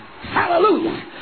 Hallelujah